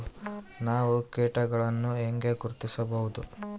ನಾವು ಕೇಟಗಳನ್ನು ಹೆಂಗ ಗುರ್ತಿಸಬಹುದು?